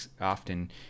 often